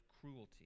cruelty